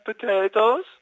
potatoes